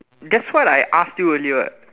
that's why I asked you earlier what